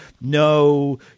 No